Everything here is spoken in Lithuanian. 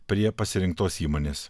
prie pasirinktos įmonės